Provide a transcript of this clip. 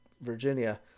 Virginia